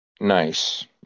Nice